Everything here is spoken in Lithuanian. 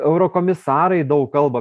eurokomisarai daug kalba